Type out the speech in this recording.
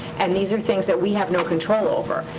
and these are things that we have no control over.